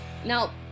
Now